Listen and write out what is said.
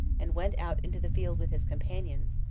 and went out into the field with his companions,